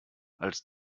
als